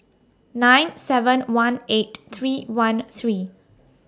nine seven one eight three one three